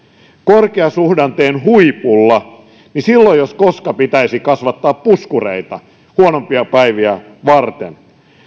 korkeasuhdanteen huipulla jos koska pitäisi kasvattaa puskureita huonompia päiviä varten niin että